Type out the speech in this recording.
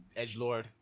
Edgelord